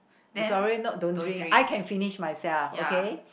is already not don't drink I can finish myself okay